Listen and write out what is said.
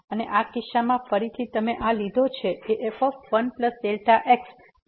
અને આ કિસ્સામાં ફરીથી તમે આ લીધો છે f 1x f1x